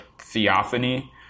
theophany